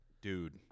dude